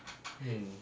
mm